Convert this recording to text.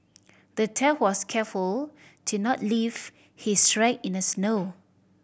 the thief was careful to not leave his track in the snow